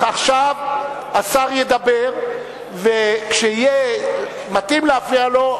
עכשיו השר ידבר וכשיהיה מתאים להפריע לו,